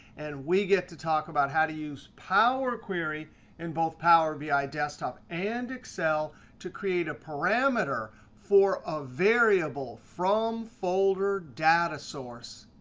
and we get to talk about how to use power query in both power bi desktop and excel to create a parameter for a variable from folder data source.